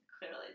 Clearly